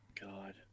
God